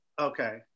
Okay